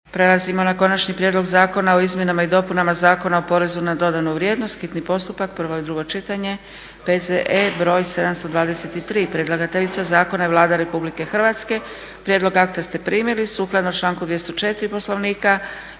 svezi ovoga zakonskog prijedloga o izmjenama i dopunama Zakona o porezu na dodanu vrijednost